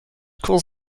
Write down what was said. calls